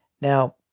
Now